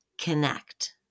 connect